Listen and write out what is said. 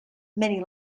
many